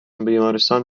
بیمارستان